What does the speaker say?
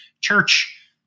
church